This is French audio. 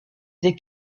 des